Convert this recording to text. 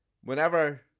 whenever